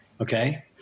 Okay